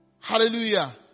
Hallelujah